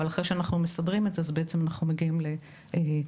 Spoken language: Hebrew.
ואחרי שאנחנו מסדרים את זה אנחנו מגיעים לכ-970.